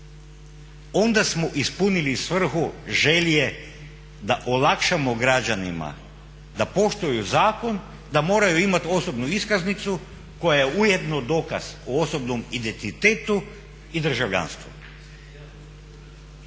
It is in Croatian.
Onda smo ispunili svrhu želje da olakšamo građanima da poštuju zakon, da moraju imati osobnu iskaznicu koja je ujedno dokaz o osobnom identitetu i državljanstvo.